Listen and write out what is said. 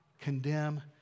condemn